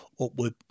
upward